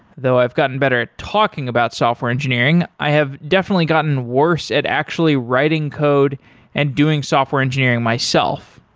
though i've gotten better at talking about software engineering, i have definitely gotten worse at actually writing code and doing software engineering myself.